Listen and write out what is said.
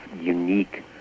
unique